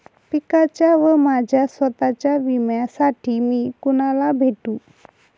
पिकाच्या व माझ्या स्वत:च्या विम्यासाठी मी कुणाला भेटू?